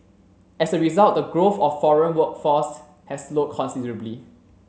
as a result the growth of foreign workforce has slowed considerably